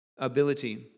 ability